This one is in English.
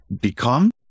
become